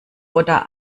oder